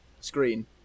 screen